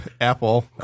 Apple